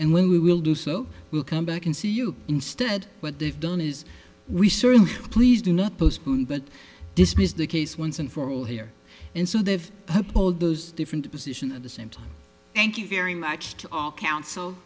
and when we will do so we'll come back and see you instead what they've done is we certainly please do not postpone but dismiss the case once and for all here and so they've all those different position at the same time thank you very much to all counsel